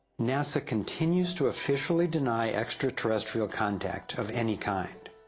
nasa continues to officially deny extraterrestial contact of any kind.